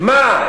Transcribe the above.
מה,